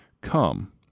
Come